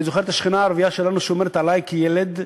אני זוכר את השכנה הערבייה שלנו שומרת עלי כילד,